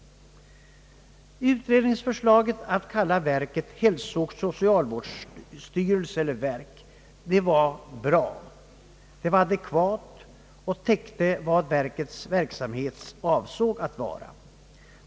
Utredningsförslaget att kalla verket hälsooch socialvårdsstyrelsen var bra. Det var adekvat och täckte vad verket avsåg att vara.